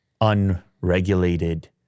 unregulated